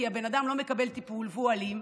כי הבן אדם לא מקבל טיפול והוא אלים,